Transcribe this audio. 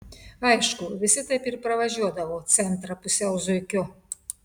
aišku visi taip ir pravažiuodavo centrą pusiau zuikiu